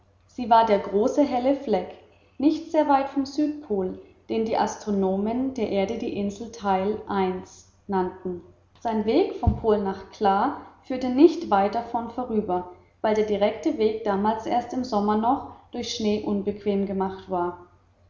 sie war der große helle fleck nicht sehr weit vom südpol den die astronomen der erde die insel thyle i nannten sein weg vom pol nach kla führte nicht weit davon vorüber weil der direkte weg damals im ersten sommer noch durch schnee unbequem gemacht war